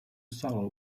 salo